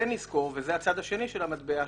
וזה הצד השני של המטבע,